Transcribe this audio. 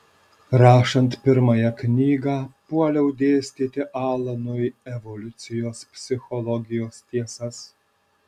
rašant pirmąją knygą puoliau dėstyti alanui evoliucijos psichologijos tiesas